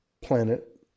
planet